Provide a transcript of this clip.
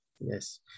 yes